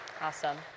Awesome